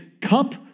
cup